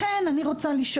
לכן אני שואלת,